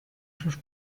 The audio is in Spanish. sus